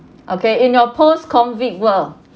okay in your post COVID world